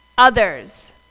Others